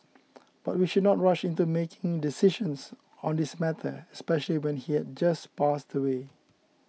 but we should not rush into making decisions on this matter especially when he had just passed away